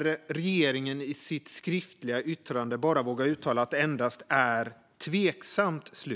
Medan regeringen i sitt skriftliga yttrande bara vågar uttala att det endast är "tveksamt"